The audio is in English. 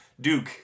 Duke